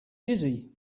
dizzy